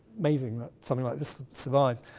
amazing that something like this survives.